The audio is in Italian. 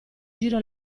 giro